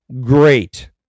Great